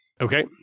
Okay